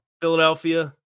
Philadelphia